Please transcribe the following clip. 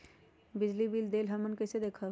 बिजली बिल देल हमन कईसे देखब?